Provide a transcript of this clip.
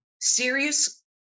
serious